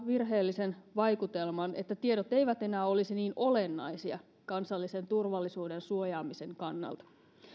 virheellisesti vaikutelman että tiedot eivät enää olisi niin olennaisia kansallisen turvallisuuden suojaamisen kannalta